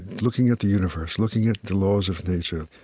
looking at the universe, looking at the laws of nature,